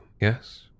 yes